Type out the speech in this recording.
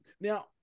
Now